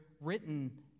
written